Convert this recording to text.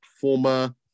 former